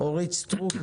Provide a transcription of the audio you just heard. אורית סטרוק,